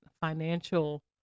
financial